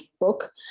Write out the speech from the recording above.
book